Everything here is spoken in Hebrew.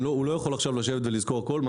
הוא לא יכול עכשיו לשבת ולזכור הכול.